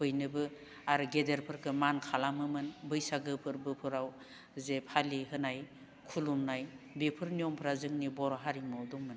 बयनोबो आरो गेदेरफोरखो मान खालामोमोन बैसागो फोरबोफोराव जे फालि होनाय खुलुमनाय बेफोर नियमफोरा जोंनि बर' हारिमुआव दंमोन